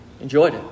Enjoyed